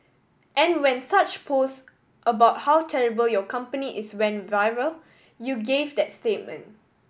and when such posts about how terrible your company is went viral you gave that statement